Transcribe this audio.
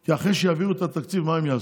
כי אחרי שיעבירו את התקציב, מה הם יעשו?